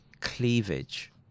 cleavage